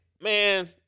man